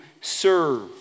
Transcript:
serve